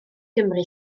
gymru